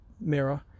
mirror